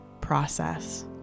process